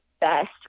best